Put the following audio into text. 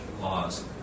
laws